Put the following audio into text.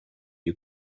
you